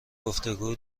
گفتگو